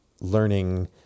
learning